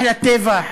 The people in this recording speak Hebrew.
אחלה טבח.